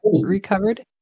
recovered